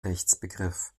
rechtsbegriff